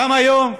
גם היום,